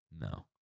No